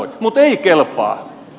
mutta ei kelpaa